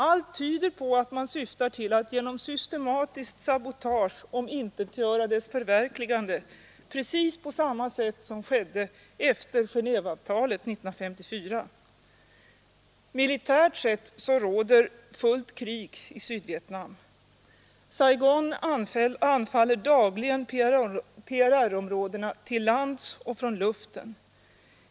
Allt tyder på att man syftar till att genom systematiskt sabotage omintetgöra dess förverkligande precis på sam ma sätt som skedde efter Genéveavtalet 1954. Militärt sett råder fullt krig i Sydvietnam. Saigon anfaller dagligen PR R-områdena till lands och från luften.